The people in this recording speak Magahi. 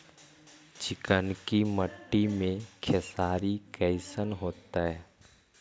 चिकनकी मट्टी मे खेसारी कैसन होतै?